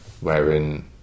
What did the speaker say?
wherein